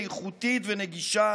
איכותית ונגישה,